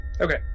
Okay